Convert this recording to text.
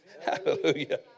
Hallelujah